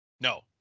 No